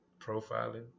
profiling